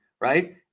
right